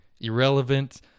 irrelevant